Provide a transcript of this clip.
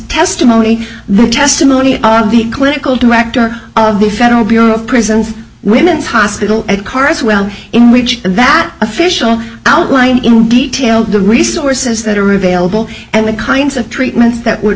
testimony the testimony of the clinical director of the federal bureau of prisons women's hospital at carswell in which that official outlined in detail the resources that are available and the kinds of treatments that would